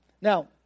Now